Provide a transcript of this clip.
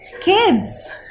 kids